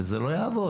וזה לא יעבוד.